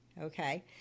Okay